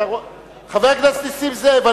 חבר הכנסת נסים זאב,